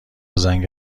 زنگ